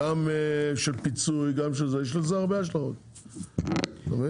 גם של פיצוי, יש לזה הרבה השלכות, אתה מבין?